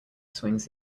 swings